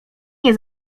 nie